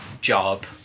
job